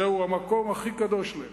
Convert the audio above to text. זהו המקום הכי קדוש להם.